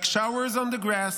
like showers on the grass,